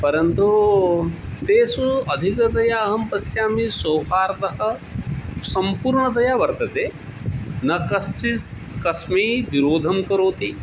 परन्तु तेषु अधिकतया अहं पश्यामि सौहार्दः सम्पूर्णतया वर्तते न कश्चित् कस्मै विरोधं करोति